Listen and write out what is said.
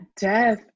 death